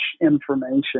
information